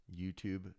YouTube